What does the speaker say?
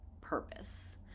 purpose